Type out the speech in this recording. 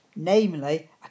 Namely